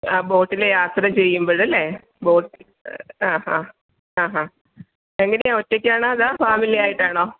ആ ബോട്ടിൽ യാത്ര ചെയ്യുമ്പോൾ അല്ലേ ബോട്ട് ആ ആ ആ ആ എങ്ങനെയാണ് ഒറ്റക്കാണോ അതോ ഫാമിലി ആയിട്ടാണോ